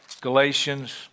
Galatians